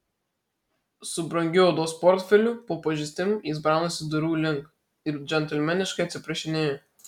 su brangiu odos portfeliu po pažastim jis braunasi durų link ir džentelmeniškai atsiprašinėja